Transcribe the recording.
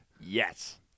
Yes